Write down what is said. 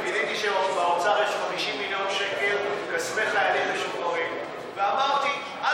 גיליתי שבאוצר יש 50 מיליון שקל כספי חיילים משוחררים ואמרתי: אל